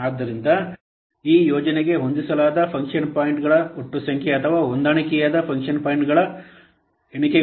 ಆದ್ದರಿಂದ ಈ ಯೋಜನೆಗೆ ಹೊಂದಿಸಲಾದ ಫಂಕ್ಷನ್ ಪಾಯಿಂಟ್ಗಳ ಒಟ್ಟು ಸಂಖ್ಯೆ ಅಥವಾ ಹೊಂದಾಣಿಕೆಯಾದ ಫಂಕ್ಷನ್ ಪಾಯಿಂಟ್ ಎಣಿಕೆಗಳನ್ನು 661